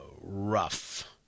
rough